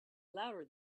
louder